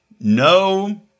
no